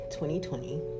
2020